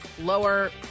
lower